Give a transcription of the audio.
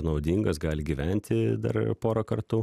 naudingas gali gyventi dar pora kartų